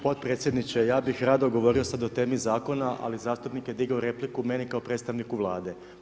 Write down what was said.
Potpredsjedniče ja bi rado govorio sada o temi zakona, ali zastupnik je digao repliku meni kao predstavniku Vlade.